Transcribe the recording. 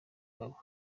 bwabo